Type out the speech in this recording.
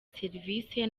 serivisi